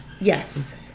Yes